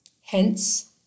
hence